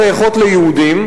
שייכות ליהודים.